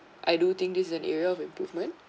I do think this is an area of improvement